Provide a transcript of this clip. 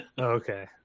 Okay